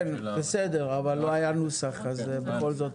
כן, בסדר, אבל לא היה נוסח אז בכל זאת